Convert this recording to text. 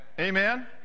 Amen